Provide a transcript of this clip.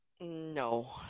No